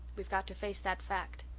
we've got to face that fact.